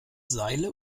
seile